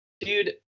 dude